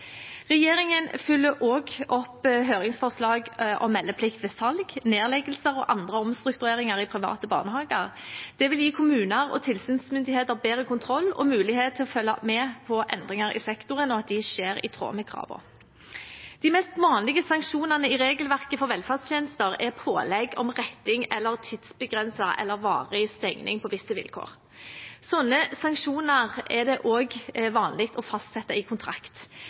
Regjeringen følger også opp høringsforslag om meldeplikt ved salg, nedleggelser og andre omstruktureringer i private barnehager. Det vil gi kommuner og tilsynsmyndigheter bedre kontroll og mulighet til å følge med på endringer i sektoren, og at de skjer i tråd med kravene. De mest vanlige sanksjonene i regelverket for velferdstjenester er pålegg om retting eller tidsbegrenset eller varig stengning på visse vilkår. Sånne sanksjoner er det også vanlig å fastsette i kontrakt.